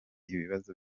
ibibazo